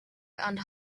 and